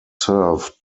served